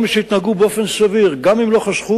כל מי שהתנהגו באופן סביר, גם אם לא חסכו,